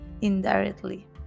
indirectly